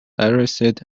arrested